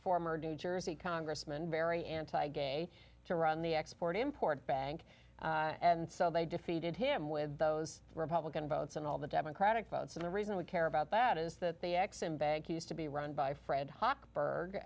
former new jersey congressman very anti gay to run the export import bank and so they defeated him with those republican votes and all the democratic votes and the reason we care about that is that the axiom bank used to be run by fred hoc